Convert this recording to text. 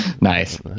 Nice